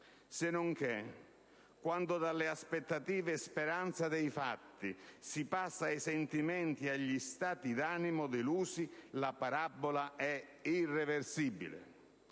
Se non che, quando dalle aspettative e speranza dei fatti si passa ai sentimenti e agli stati d'animo delusi, la parabola è irreversibile.